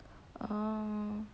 oh